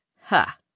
Ha